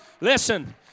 Listen